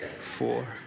four